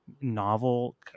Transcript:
novel